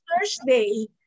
Thursday